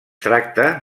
tracta